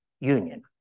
Union